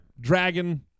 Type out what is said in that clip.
dragon